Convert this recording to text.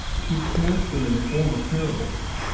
he cast them in the form of parables.